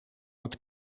het